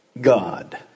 God